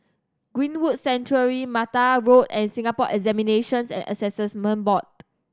Greenwood Sanctuary Mattar Road and Singapore Examinations and Assessment Board